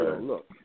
look